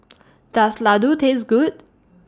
Does Ladoo Taste Good